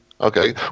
Okay